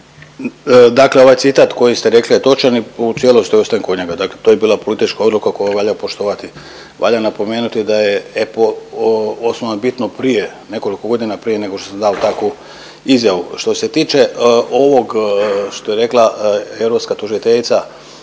Dakle, ovaj citat koji ste rekli je točan i u cijelosti ostajem kod njega. Dakle, to je bila politička odluka koju valja poštovati. Valja napomenuti da je EPPO osnovan bitno prije nekoliko godina prije nego što sam dao takvu izjavu. Što se tiče ovog što je rekla europska tužiteljica